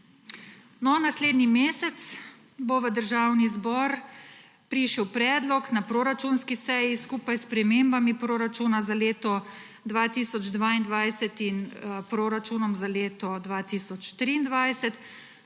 No, naslednji mesec bo v Državni zbor prišel predlog na proračunski seji skupaj s spremembami proračuna za leto 2022 in proračunom za leto 2023;